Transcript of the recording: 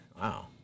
Wow